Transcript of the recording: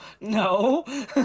No